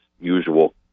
usual